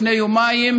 לפני יומיים,